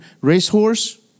racehorse